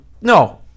No